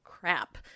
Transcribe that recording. crap